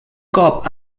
cop